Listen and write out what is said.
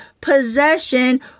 possession